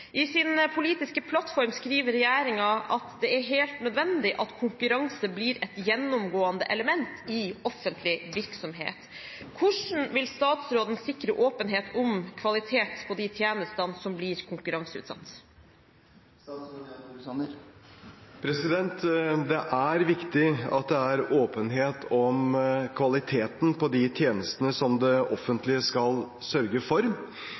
I sin politiske plattform skriver regjeringen at det er helt nødvendig at konkurranse blir et gjennomgående element i offentlig virksomhet. Hvordan vil statsråden sikre åpenhet om kvalitet på de tjenestene som blir konkurranseutsatt?» Det er viktig at det er åpenhet om kvaliteten på de tjenestene som det offentlige skal sørge for.